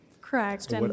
correct